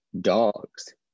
dogs